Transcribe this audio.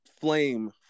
flame